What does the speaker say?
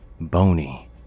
bony